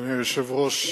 אדוני היושב-ראש,